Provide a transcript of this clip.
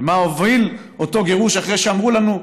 ולמה הוביל אותו גירוש, אחרי שאמרו לנו,